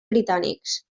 britànics